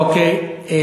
אוקיי.